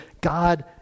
God